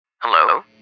Hello